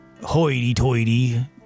hoity-toity